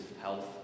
health